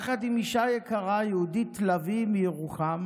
יחד עם אישה יקרה, יהודית לביא מירוחם,